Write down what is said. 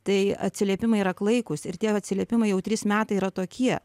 tai atsiliepimai yra klaikūs ir tie atsiliepimai jau trys metai yra tokie